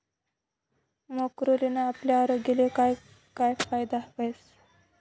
ब्रोकोलीना आपला आरोग्यले काय काय फायदा व्हस